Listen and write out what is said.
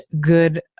good